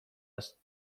است